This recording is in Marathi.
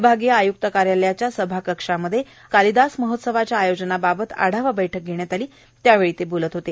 विभागीय आय्क्त कार्यालयाच्या सभाकक्षामध्ये काल कालिदास महोत्सवाच्या आयोजनाबाबत आढावा बैठक घेण्यात आली त्यावेळी ते बोलत होते